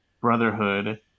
Brotherhood